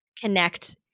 connect